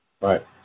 Right